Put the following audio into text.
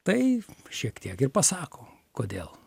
tai šiek tiek ir pasako kodėl